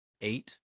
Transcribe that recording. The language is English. eight